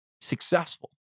successful